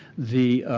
the